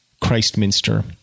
Christminster